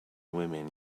woman